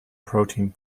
protein